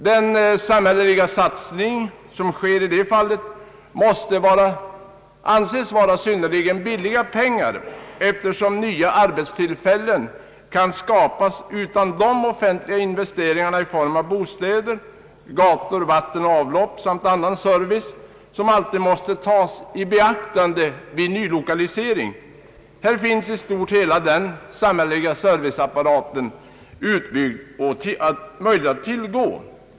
Den satsning som samhället gör i detta fall måste anses vara ekonomiskt lönsam, eftersom nya arbetstillfällen kan skapas utan de offentliga investeringar i form av bostäder, gator, avlopp och annan service som alltid måste tas i beaktande vid nylokalisering. Här finns i stort sett hela den samhälleliga serviceapparaten utbyggd och att tillgå.